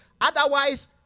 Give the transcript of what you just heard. Otherwise